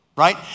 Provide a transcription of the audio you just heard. right